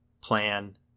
plan